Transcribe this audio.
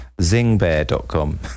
zingbear.com